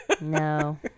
No